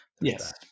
yes